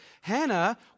Hannah